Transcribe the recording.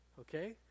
Okay